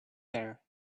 there